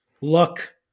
look